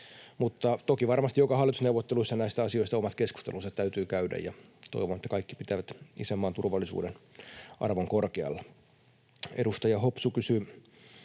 toki varmasti joka hallitusneuvotteluissa näistä asioista omat keskustelunsa täytyy käydä, ja toivon, että kaikki pitävät isänmaan turvallisuuden arvon korkealla. Edustaja Hopsu kysyi